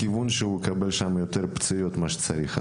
ייפצע שם יותר ממה שצריך.